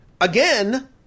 Again